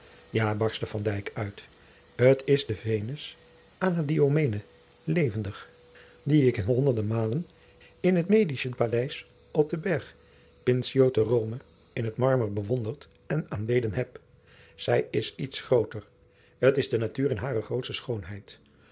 ja barstte van dijk uit t is de venus anadyomene levendig die ik honderde malen in het medicesche paleis op den berg pincio te rome in het marmer bewonderd en aangebeden heb zij is iets grooter t is de natuur in hare grootste schoonheid